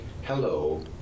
hello